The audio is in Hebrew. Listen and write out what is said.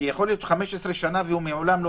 כי יכול להיות שיש לו ניסיון של 15 שנה והוא מעולם לא